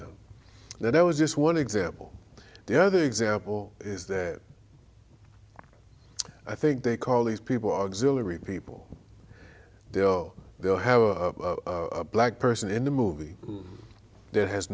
know that i was just one example the other example is that i think they call these people auxiliary people will they'll have a black person in the movie that has